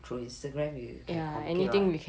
through instagram you can communicate [what]